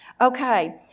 Okay